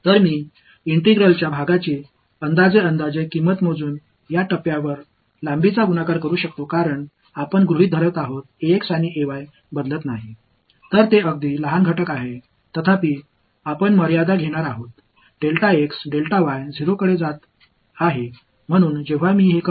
எனவே இன்டெக்ரல் பகுதியை என்னால் தோராயமாக மதிப்பிட முடியும் இந்த பகுதியின் செயல்பாட்டின் மதிப்பை நீளத்துடன் பெருக்கி எளிதாக பெறலாம் ஏனெனில் நாம் மற்றும் மாறாது என்று அனுமானிக்கிறோம்